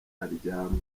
aryama